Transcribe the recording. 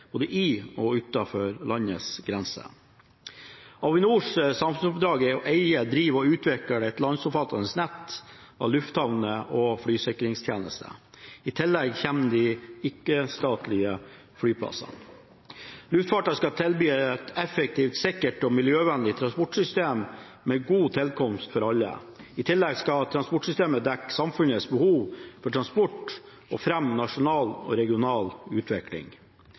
både i og utenfor landets grenser. Avinors samfunnsoppdrag er å eie, drive og utvikle et landsomfattende nett av lufthavner og flysikringstjenester. I tillegg kommer de ikke-statlige flyplassene. Luftfarten skal tilby et effektivt, sikkert og miljøvennlig transportsystem med god tilkomst for alle. I tillegg skal transportsystemet dekke samfunnets behov for transport og fremme nasjonal og regional utvikling.